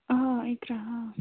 آ اِقرا